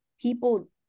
People